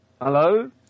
Hello